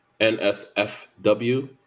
NSFW